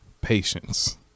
patience